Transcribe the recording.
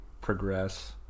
progress